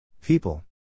People